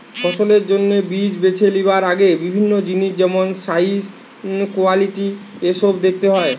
ফসলের জন্যে বীজ বেছে লিবার আগে বিভিন্ন জিনিস যেমন সাইজ, কোয়ালিটি এসোব দেখতে হয়